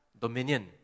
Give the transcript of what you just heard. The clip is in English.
dominion